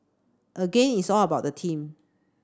again it's all about the team